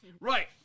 Right